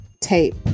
tape